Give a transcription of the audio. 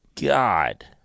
God